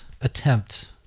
attempt